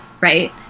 right